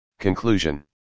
Conclusion